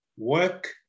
work